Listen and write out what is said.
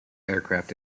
aircraft